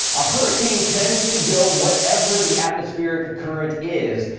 a hurricane tends to go whatever the atmospheric current is.